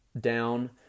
down